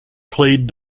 played